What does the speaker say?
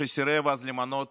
שסירב אז למנות